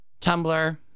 Tumblr